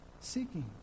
seeking